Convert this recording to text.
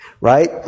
right